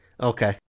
Okay